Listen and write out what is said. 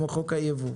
כמו חוק הייבוא.